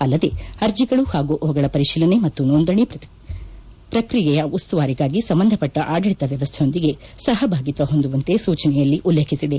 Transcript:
ಅಲ್ಲದೇ ಅರ್ಜಿಗಳು ಹಾಗೂ ಅವುಗಳ ಪರಿಶೀಲನೆ ಮತ್ತು ನೋಂದಣಿ ಪ್ರಕ್ತಿಯೆಯ ಉಸ್ನುವಾರಿಗಾಗಿ ಸಂಬಂಧಪಟ್ಟ ಆಡಳಿತ ವ್ಲವಸ್ಥೆಯೊಂದಿಗೆ ಸಹಭಾಗಿತ್ವ ಹೊಂದುವಂತೆ ಸೂಚನೆಯಲ್ಲಿ ಉಲ್ಲೇಖಿಸಿದೆ